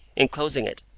in closing it,